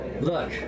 Look